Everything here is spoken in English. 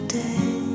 day